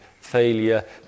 failure